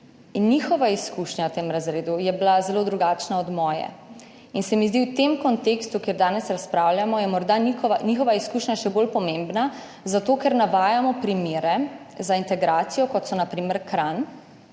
Njihova izkušnja v tem razredu je bila zelo drugačna od moje in se mi zdi v tem kontekstu, v katerem danes razpravljamo, je morda njihova izkušnja še bolj pomembna, zato ker navajamo primere za integracijo, kot so na primer Kranj,